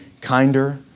kinder